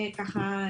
ככה,